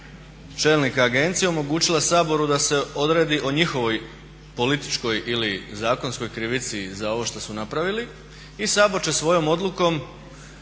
čelnika agencija omogućila Saboru da se odredi o njihovoj političkoj ili zakonskoj krivici za ovo što su napravili i Sabor će svojom odlukom,